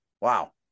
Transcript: Wow